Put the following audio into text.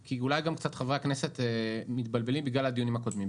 כי אולי חברי הכנסת מתבלבלים בגלל הדיונים הקודמים.